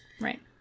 Right